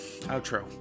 Outro